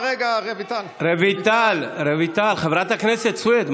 רויטל, חברת הכנסת סויד.